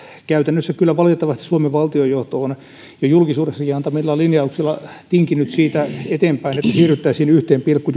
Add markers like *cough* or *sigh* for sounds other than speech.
käytännössä kyllä valitettavasti suomen valtion johto on jo julkisuudessakin antamillaan linjauksilla tinkinyt siitä eteenpäin että siirryttäisiin yhteen pilkku *unintelligible*